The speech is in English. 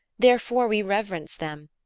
therefore we reverence them.